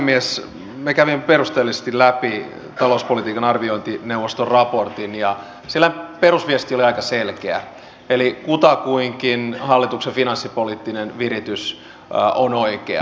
me kävimme perusteellisesti läpi talouspolitiikan arviointineuvoston raportin ja siellä perusviesti oli aika selkeä eli kutakuinkin hallituksen finanssipoliittinen viritys on oikea